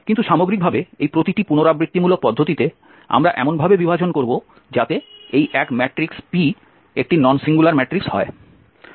কিন্তু সামগ্রিকভাবে এই প্রতিটি পুনরাবৃত্তিমূলক পদ্ধতিতে আমরা এমনভাবে বিভাজন করব যাতে এই এক ম্যাট্রিক্স P একটি নন সিঙ্গুলার ম্যাট্রিক্স হয়